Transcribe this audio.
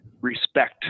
respect